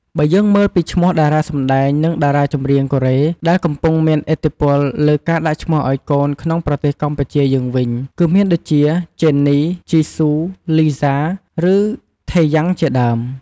បើយើងមើលពីឈ្មោះតារាសម្ដែង និងតារាចម្រៀងកូរ៉េ ដែលកំពុងមានឥទ្ធិពលលើការដាក់ឈ្មោះឱ្យកូនក្នុងប្រទេសកម្ពុជាយើងវិញ គឺមានដូចជាឈ្មោះ ជេននី ជីស៊ូ លីហ្សា ឬ ថេយាំង ជាដើម។